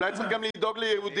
אולי צריך גם לדאוג ליהודים,